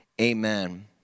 Amen